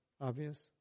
obvious